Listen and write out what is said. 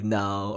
now